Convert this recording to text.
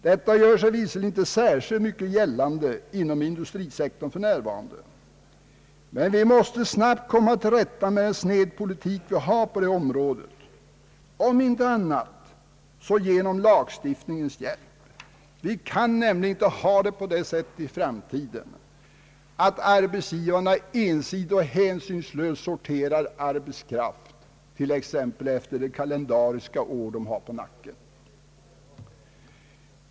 Detta gör sig visserligen inte särskilt mycket gällande inom industrisektorn för närvarande, men vi måste snabbt komma till rätta med den sneda politik vi för på detta område om inte annat så genom lagstiftningens hjälp. Vi kan nämligen inte ha det på det sättet i framtiden, att arbetsgivarna ensidigt och hänsynslöst sorterar arbetskraft t.ex. efter det kalendariska år den anställde har på nacken.